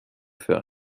für